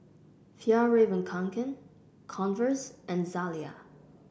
Fjallraven Kanken Converse and Zalia